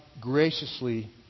graciously